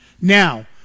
Now